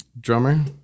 drummer